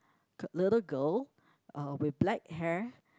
little girl uh with black hair